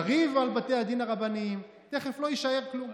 קריב על בתי הדין הרבניים, תכף לא יישאר כלום,